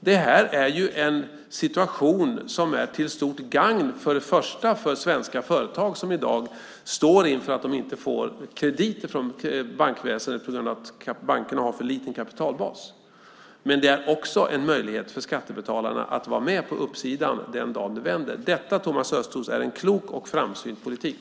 Det här är en situation som är till stort gagn för svenska företag som i dag står inför att de inte får krediter från bankväsendet på grund av att bankerna har för liten kapitalbas. Men det är också en möjlighet för skattebetalarna att vara med på uppsidan den dagen det vänder. Detta, Thomas Östros, är en klok och framsynt politik.